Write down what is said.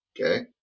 okay